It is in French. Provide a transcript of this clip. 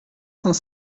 cent